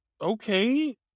okay